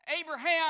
Abraham